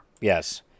Yes